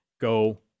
Go